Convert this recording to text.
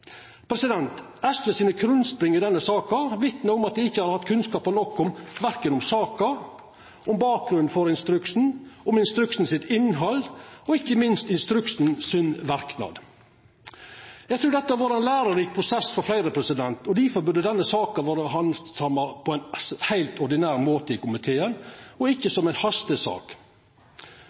SV sine krumspring i denne saka vitnar om at dei ikkje har hatt kunnskapar nok om saka, om bakgrunnen for instruksen, om instruksen sitt innhald og ikkje minst om instruksen sin verknad. Eg trur dette har vore ein lærerik prosess for fleire, og difor burde denne saka ha vore handsama på ein heilt ordinær måte i komiteen, og ikkje som ei hastesak.